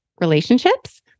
Relationships